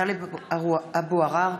טלב אבו עראר,